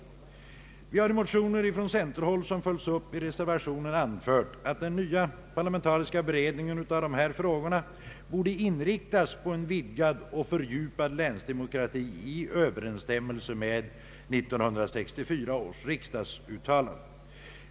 Vi har i motioner från centerhåll, som följts upp i reservation 1, anfört att den nya parlamentariska beredningen av dessa frågor borde inriktas på en vidgad och fördjupad länsdemokrati i överensstämmelse med 1964 års riksdagsuttalande.